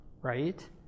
right